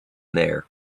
there